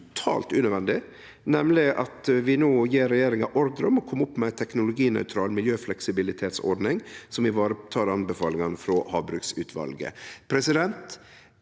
totalt unødvendig, nemleg at vi no gjev regjeringa ordre om å kome opp med ei teknologinøytral miljøfleksibilitetsordning som ivaretek anbefalingane frå havbruksutvalet.